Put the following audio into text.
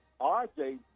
RJ